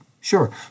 Sure